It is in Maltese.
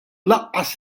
lanqas